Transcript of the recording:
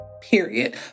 period